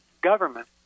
government